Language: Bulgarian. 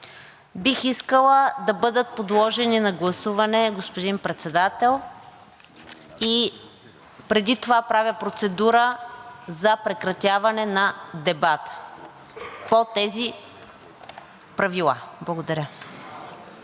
бих искала да бъдат подложени на гласуване, господин Председател, и преди това правя процедура за прекратяване на дебата по тези правила. Благодаря.